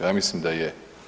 Ja mislim da je.